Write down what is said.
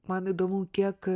man įdomu kiek